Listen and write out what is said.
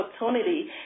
opportunity